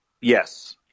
Yes